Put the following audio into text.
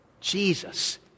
Jesus